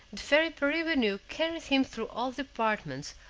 the fairy paribanou carried him through all the apartments,